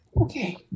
okay